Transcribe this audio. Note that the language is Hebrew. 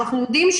אנחנו יודעים,